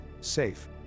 safe